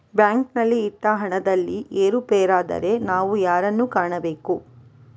ಬ್ಯಾಂಕಿನಲ್ಲಿ ಇಟ್ಟ ಹಣದಲ್ಲಿ ಏರುಪೇರಾದರೆ ನಾವು ಯಾರನ್ನು ಕಾಣಬೇಕು?